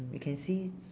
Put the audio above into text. you can see